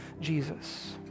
Jesus